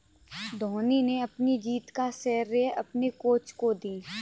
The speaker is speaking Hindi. धोनी ने अपनी जीत का श्रेय अपने कोच को दी